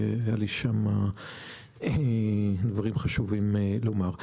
היו לי דברים חשובים לומר.